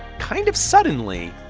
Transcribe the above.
kind of suddenly,